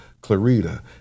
Clarita